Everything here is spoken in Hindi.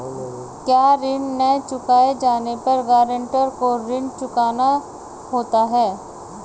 क्या ऋण न चुकाए जाने पर गरेंटर को ऋण चुकाना होता है?